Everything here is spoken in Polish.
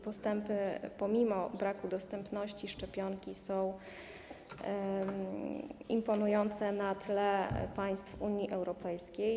Postępy pomimo braku dostępności szczepionki są imponujące na tle państw Unii Europejskiej.